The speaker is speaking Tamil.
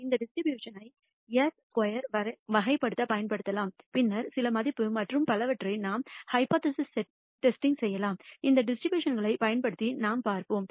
அந்த டிஸ்ட்ரிபியூஷன் ஐ s ஸ்கொயர் வகைப்படுத்த பயன்படுத்தலாம் பின்னர் சில மதிப்பு மற்றும் பலவற்றை நாம் ஹைபோதசிஸ் டெஸ்டிங் செய்யலாம் இந்த டிஸ்ட்ரிபியூஷன் களைப் பயன்படுத்தி நாம் பார்ப்போம்